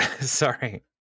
sorry